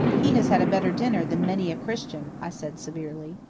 he has had a better dinner than many a christian, i said severely.